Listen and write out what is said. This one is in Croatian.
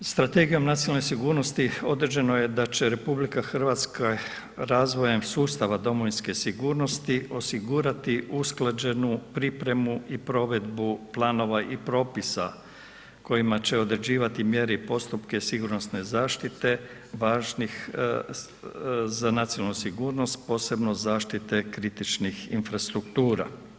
Strategijom nacionalne sigurnosti određeno je da će RH razvojem sustava domovinske sigurnosti osigurati usklađenu pripremu i provedbu planova i propisa kojima će određivati mjere i postupke sigurnosne zaštite važnih za nacionalnu sigurnost posebno zaštite kritičnih infrastruktura.